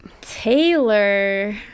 Taylor